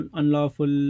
unlawful